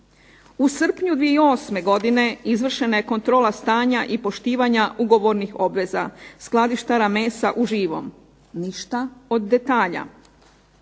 U srpnju 2008. godine izvršena je kontrola stanja i poštivanja ugovornih obveza skladištara mesa u živom. Ništa od detalja.